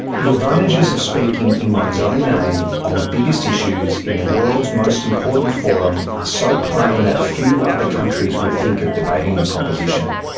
the advantages of speaking in one's own name, on the biggest issues, in the world's most important forum, are ah so plain that few other countries would think of debating the proposition.